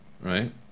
Right